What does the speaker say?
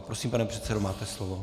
Prosím, pane předsedo, máte slovo.